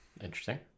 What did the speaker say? interesting